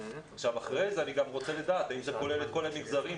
ב-21 באוגוסט הייתה תחילת לימודים במגזר החרדי,